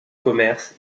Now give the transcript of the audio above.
commerce